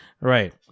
right